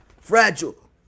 fragile